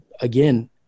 again